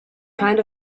kind